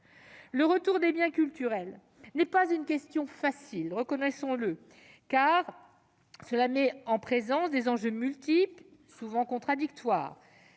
Le retour des biens culturels n'est pas une question facile, reconnaissons-le, tant elle met en présence des enjeux multiples et souvent contradictoires.